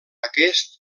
aquest